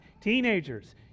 Teenagers